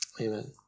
Amen